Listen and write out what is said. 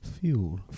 fuel